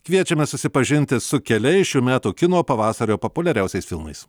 kviečiame susipažinti su keliais šių metų kino pavasario populiariausiais filmais